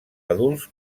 adults